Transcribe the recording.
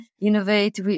innovate